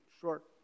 short